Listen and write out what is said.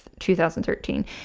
2013